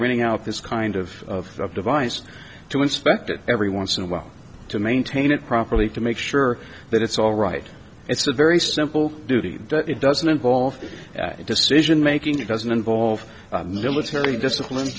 running out this kind of device to inspect it every once in a while to maintain it properly to make sure that it's all right it's a very simple duty it doesn't involve decision making it doesn't involve military discipline